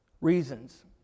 reasons